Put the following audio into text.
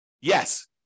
Yes